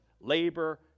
Labor